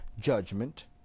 judgment